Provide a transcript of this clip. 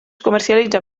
comercialitza